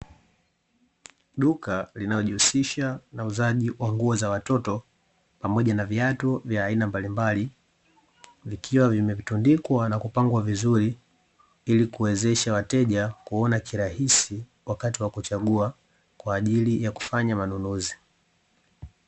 Duka linalo jihusisha na uuzaji wa nguo za watoto pamoja na viatu vya aina mbalimbali, vikiwa vimetundikwa na kupangwa vizuri ili kuwezesha wateja kuona kirahisi wakati wa kuchagua, kwaajili ya kufanya manunuzi.